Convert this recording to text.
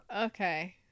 Okay